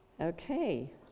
Okay